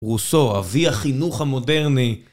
רוסו, אבי החינוך המודרני.